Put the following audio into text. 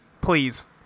Please